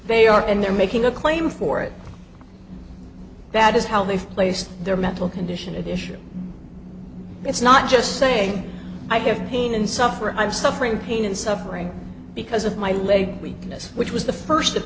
they are and they're making a claim for it that is how they've placed their mental condition addition it's not just saying i have pain and suffering i'm suffering pain and suffering because of my leg weakness which was the first